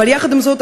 אבל יחד עם זאת,